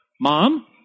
Mom